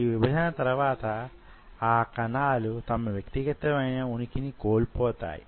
ఈ విభజన తరువాత ఆ కణాలు తమ వ్యక్తిగతమైన ఉనికిని కోల్పోతాయి